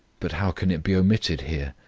but how could it be omitted here?